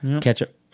Ketchup